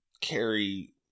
carry